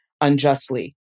unjustly